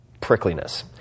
prickliness